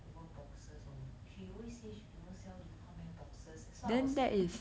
over boxes or she always says she don't know sell how boxes that's why I was